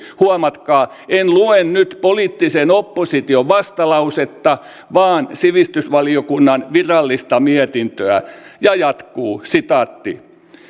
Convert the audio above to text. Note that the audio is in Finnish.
huomatkaa en lue nyt poliittisen opposition vastalausetta vaan sivistysvaliokunnan virallista mietintöä se jatkuu